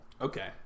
Okay